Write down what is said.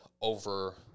over